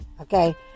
Okay